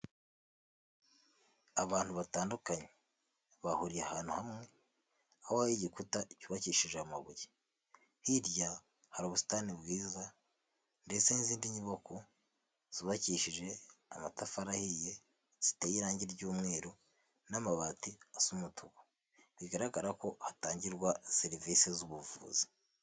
Abantu batandukanye bahuriye ahantu hamwe aho hari igikuta cyubakishije amabuye hirya, hari ubusitani bwiza ndetse n'izindi nyubako zubakishije amatafari ahiye ziteye irangi ry'umweru n'amabati asu umutuku bigaragara ko hatangirwa serivisi z'ubuvuzi.